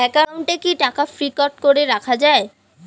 একাউন্টে কি টাকা ফিক্সড করে রাখা যায়?